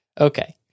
Okay